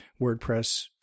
WordPress